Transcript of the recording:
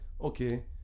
okay